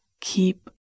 keep